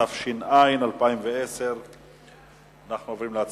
התש"ע 2010. אנחנו עוברים להצבעה.